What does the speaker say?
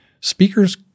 speakers